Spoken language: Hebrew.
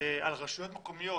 על רשויות מקומיות,